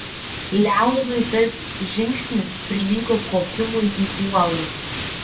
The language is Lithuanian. leonui tas žingsnis prilygo kopimui į uolą